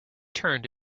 turned